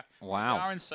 Wow